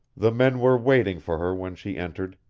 the men were waiting for her when she entered,